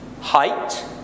Height